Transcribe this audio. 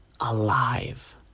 alive